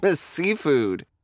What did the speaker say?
Seafood